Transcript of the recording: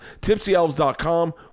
tipsyelves.com